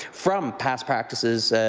from past practices,